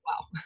wow